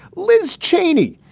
liz cheney,